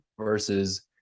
versus